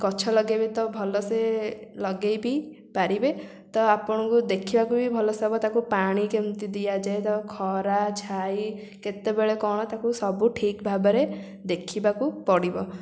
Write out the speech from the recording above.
ଗଛ ଲଗେଇବେ ତ ଭଲସେ ଲଗେଇବି ପାରିବେ ତ ଆପଣଙ୍କୁ ଦେଖିବାକୁ ବି ଭଲ ହେବ ତାକୁ ପାଣି କେମିତି ଦିଆଯାଏ ତ ଖରା ଛାଇ କେତେବେଳେ କ'ଣ ତାକୁ ସବୁ ଠିକ୍ ଭାବରେ ଦେଖିବାକୁ ପଡ଼ିବ